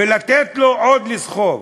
ולתת לו עוד לסחוב.